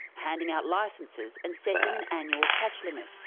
handing out licenses and setting an annual catch limit.